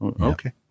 Okay